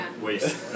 waste